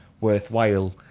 worthwhile